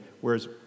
whereas